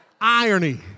Irony